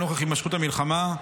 נוכח הימשכות המלחמה,